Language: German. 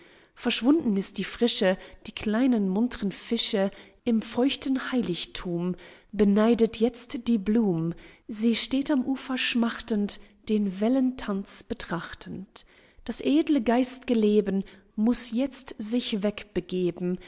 verschwunden ist die frische die kleinen muntern fische im feuchten heiligthum beneidet jetzt die blum sie steht am ufer schmachtend den wellentanz betrachtend das edle geist'ge leben muß jetzt sich wegbegeben